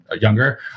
younger